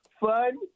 Fun